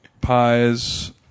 pies